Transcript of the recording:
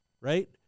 right